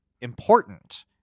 important